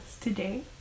today